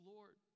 Lord